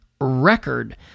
record